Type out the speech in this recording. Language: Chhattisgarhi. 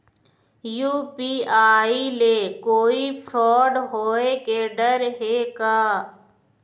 यू.पी.आई ले कोई फ्रॉड होए के डर हे का?